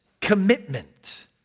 commitment